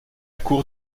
cour